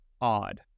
Odd